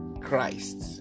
Christ